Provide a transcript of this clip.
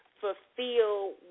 fulfill